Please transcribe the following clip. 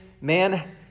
man